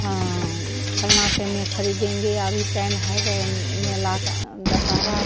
हाँ फलनाटे में ख़रीदेंगे अभी टइम है इधर मेला का दशरा